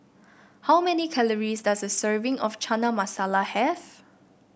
how many calories does a serving of Chana Masala have